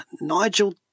Nigel